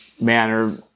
manner